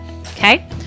okay